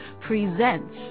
presents